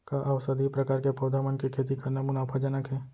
का औषधीय प्रकार के पौधा मन के खेती करना मुनाफाजनक हे?